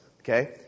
okay